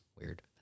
weird